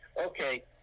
okay